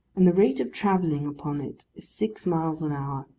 and the rate of travelling upon it is six miles an hour.